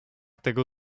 tego